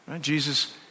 Jesus